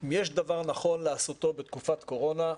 שאם יש דבר נכון לעשותו בתקופת קורונה,